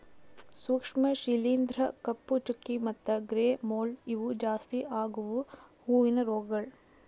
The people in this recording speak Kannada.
ಸೂಕ್ಷ್ಮ ಶಿಲೀಂಧ್ರ, ಕಪ್ಪು ಚುಕ್ಕಿ ಮತ್ತ ಗ್ರೇ ಮೋಲ್ಡ್ ಇವು ಜಾಸ್ತಿ ಆಗವು ಹೂವಿನ ರೋಗಗೊಳ್